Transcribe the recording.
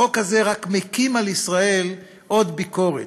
החוק הזה רק מקים על ישראל עוד ביקורת,